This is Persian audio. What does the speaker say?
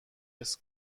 ارث